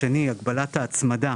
הגבלת ההצמדה,